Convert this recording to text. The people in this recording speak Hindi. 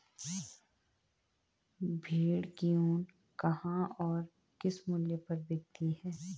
भेड़ की ऊन कहाँ और किस मूल्य पर बिकती है?